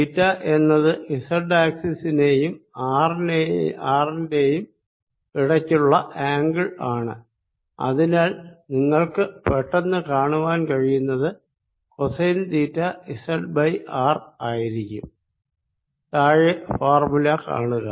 തീറ്റ എന്നത് z ആക്സിസിന്റെയും r ന്റെ യും ഇടയിലുള്ള ആംഗിൾ ആണ് അതിനാൽ നിങ്ങൾക്ക് പെട്ടെന്ന് കാണുവാൻ കഴിയുന്നത് കൊസൈൻ തീറ്റ zr ആയിരിക്കും താഴെ ഫോർമുല കാണുക